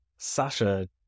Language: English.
Sasha